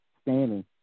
standing